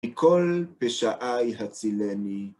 מכל פשעי הצילני.